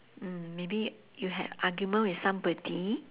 mm maybe you had argument with somebody